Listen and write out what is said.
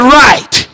right